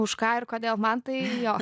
už ką ir kodėl man tai jo